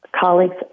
colleagues